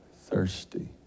thirsty